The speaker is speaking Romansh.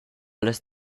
las